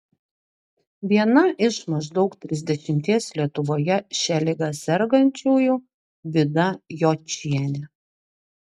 viena iš maždaug trisdešimties lietuvoje šia liga sergančiųjų vida jočienė